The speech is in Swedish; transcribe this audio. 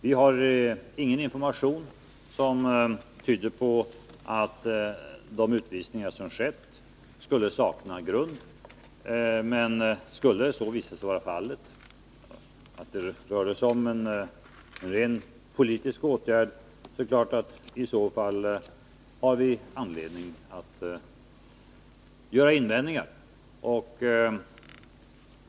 Det finns ingen information som tyder på att de utvisningar som skett skulle sakna grund, men skulle det visa sig att det rör sig om en rent politisk åtgärd, då är det klart att vi har anledning att göra invändningar.